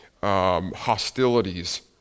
hostilities